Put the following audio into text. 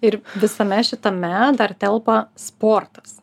ir visame šitame dar telpa sportas